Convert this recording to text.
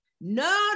No